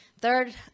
Third